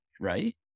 right